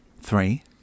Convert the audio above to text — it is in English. three